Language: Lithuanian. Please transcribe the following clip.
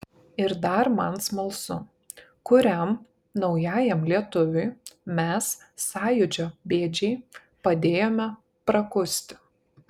ir dar man smalsu kuriam naujajam lietuviui mes sąjūdžio bėdžiai padėjome prakusti